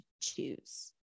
choose